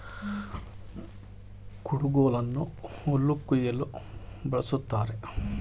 ಕುಡುಗೋಲನ್ನು ಹುಲ್ಲು ಕುಯ್ಯಲು ಬಳ್ಸತ್ತರೆ